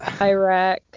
Iraq